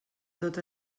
tot